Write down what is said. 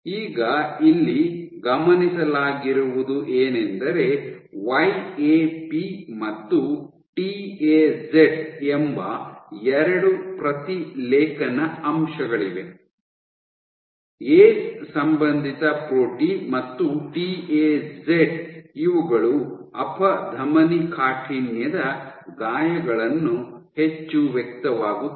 ಈಗ ಇಲ್ಲಿ ಗಮನಿಸಲಾಗಿರುವುದು ಏನೆಂದರೆ ವೈ ಎ ಪಿ ಮತ್ತು ಟಿ ಎ ಜೆಡ್ ಎಂಬ ಎರಡು ಪ್ರತಿಲೇಖನ ಅಂಶಗಳಿವೆ ಏಸ್ ಸಂಬಂಧಿತ ಪ್ರೋಟೀನ್ ಮತ್ತು ಟಿ ಎ ಜೆಡ್ ಇವುಗಳು ಅಪಧಮನಿಕಾಠಿಣ್ಯದ ಗಾಯಗಳಲ್ಲಿ ಹೆಚ್ಚು ವ್ಯಕ್ತವಾಗುತ್ತವೆ